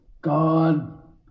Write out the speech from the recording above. God